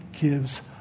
gives